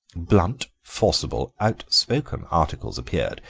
blunt, forcible, outspoken articles appeared,